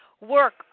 work